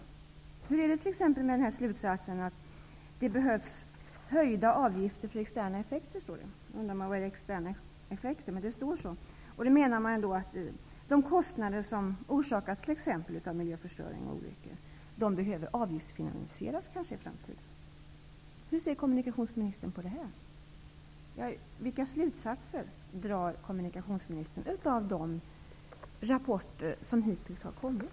Hur är det t.ex. med slutsatsen att det behövs höjda avgifter för ''externa effekter'', som det står i rapporten? Man kan undra vad som menas med ''externa effekter'', men det står så. Vad man menar är att de kostnader som orsakas av exempelvis miljöförstöring och olyckor kanske behöver avgiftsfinansieras i framtiden. Hur ser kommunikationsministern på det? Vilka slutsatser drar kommunikationsministern av de rapporter som hittills har kommit?